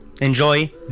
enjoy